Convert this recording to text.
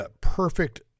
perfect